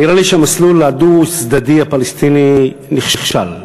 נראה לי שהמסלול הדו-צדדי הפלסטיני נכשל.